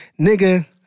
nigga